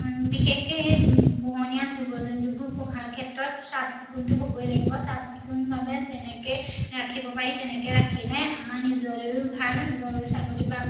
বিশেষকৈ পোহনীয়া জীৱ জন্তুবোৰ পোহাৰ ক্ষেত্ৰত চাফ চিকুণটো হ'বই লাগিব চাফ চিকুণ বাবে যেনেকে ৰাখিব পাৰি তেনেকে ৰাখিলে আমাৰ নিজলৈয়ো ভাল গৰু ছাগলী বা